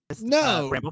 no